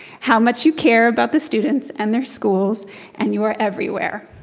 how much you care about the students and their schools and you are everywhere.